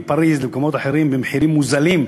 לפריז ולמקומות אחרים במחירים מוזלים,